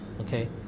Okay